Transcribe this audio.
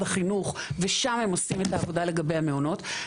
החינוך ושם הם עושים את העבודה לגבי המעונות,